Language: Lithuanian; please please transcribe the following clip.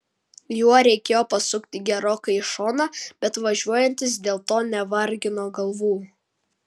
juo reikėjo pasukti gerokai į šoną bet važiuojantys dėl to nevargino galvų